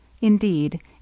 Indeed